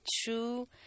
true